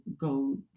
go